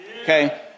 Okay